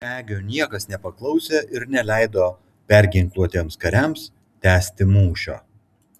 čegio niekas nepaklausė ir neleido perginkluotiems kariams tęsti mūšio